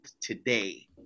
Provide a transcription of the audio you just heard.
today